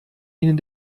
ihnen